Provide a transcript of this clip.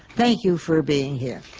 thank you for being here.